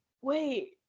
wait